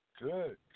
Good